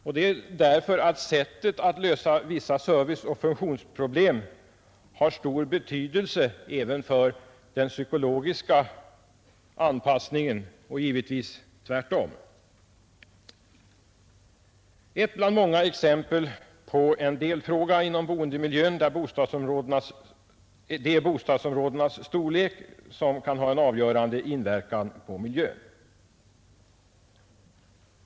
Och det därför att sättet att lösa vissa serviceoch funktionsproblem har stor betydelse även för den psykologiska anpassningen. Ett bland många exempel på en delfråga inom boendemiljön är bostadsområdenas storlek, som kan ha en avgörande inverkan på miljön.